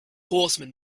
horseman